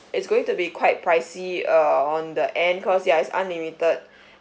it's going to be quite pricey uh on the end cause ya it's unlimited